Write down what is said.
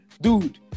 Dude